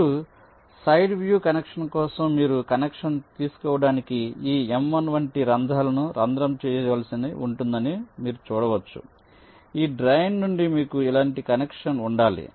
ఇప్పుడు side view connection కోసం మీరు కనెక్షన్ తీసుకోవటానికి ఈ m1 వంటి రంధ్రాలను రంధ్రం చేయవలసి ఉంటుందని మీరు చూడవచ్చు ఈ డ్రాయిన్ నుండి మీకు ఇలాంటి కనెక్షన్ ఉండాలి